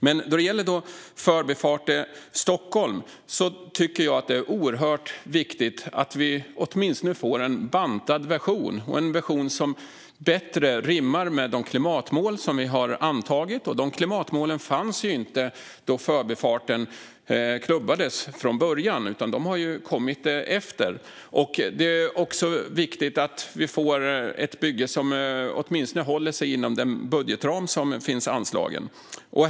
När det gäller Förbifart Stockholm är det oerhört viktigt att vi åtminstone får en bantad version som bättre rimmar med de klimatmål som vi har antagit. De klimatmålen fanns inte då Förbifarten klubbades från början, utan de har kommit efter. Det är också viktigt att vi får ett bygge som åtminstone håller sig inom den budgetram som finns anslagen.